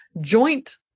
joint